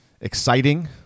exciting